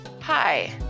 Hi